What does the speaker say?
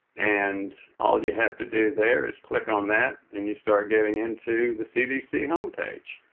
and all you have to do there is click on that and you start getting into the cdc homepage.